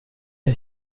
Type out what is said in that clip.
der